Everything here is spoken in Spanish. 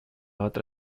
otra